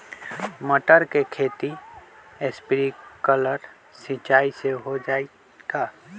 मटर के खेती स्प्रिंकलर सिंचाई से हो जाई का?